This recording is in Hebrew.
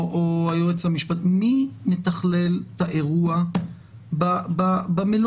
היועץ המשפטי מי מתכלל את האירוע במלונית?